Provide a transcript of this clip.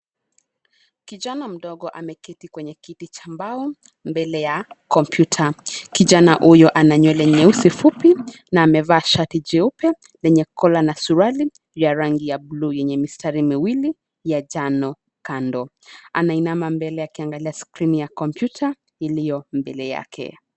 Kijana mdogo ameketi kwenye kiti cha mbao mbele ya kompyuta. Kijana huyu ana nywele nyeusi fupi na amevaa shati jeupe lenye kola na suruali ya rangi ya bluu yenye mistari miwili ya njano kando. Anainama mbele akiangalia skrini ya kompyuta iliyo mbele yake.